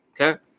okay